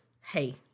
hey